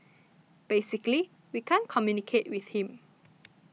basically we can't communicate with him